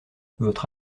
votre